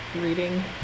reading